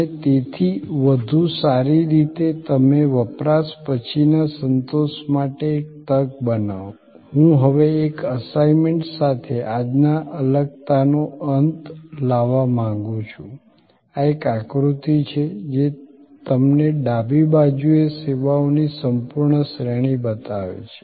અને તેથી વધુ સારી રીતે તમે વપરાશ પછીના સંતોષ માટે એક તક બનાવો હું હવે એક અસાઇમેન્ટ સાથે આજના અલગતાનો અંત લાવવા માંગુ છું આ એક આકૃતિ છે જે તમને ડાબી બાજુએ સેવાઓની સંપૂર્ણ શ્રેણી બતાવે છે